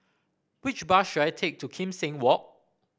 which bus should I take to Kim Seng Walk